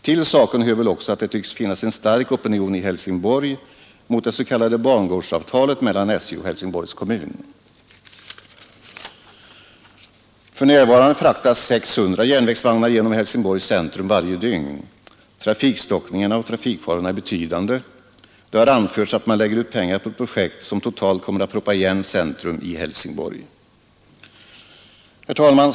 Till saken hör väl också att det tycks finnas en stark opinion i Helsingborg mot det s.k. bangårdsavtalet mellan SJ och Helsingborgs kommun. För närvarande fraktas 600 järnvägsvagnar genom Helsingborgs centrum varje dygn. Trafikstockningarna och trafikfarorna är betydande. Det har anförts att man lägger ut pengar på ett projekt, som totalt kommer att proppa igen centrum i Helsingborg. Herr talman!